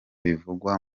bivugwa